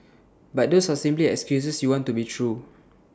but those are simply excuses you want to be true